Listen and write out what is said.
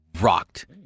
rocked